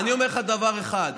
אני אומר לך דבר אחד,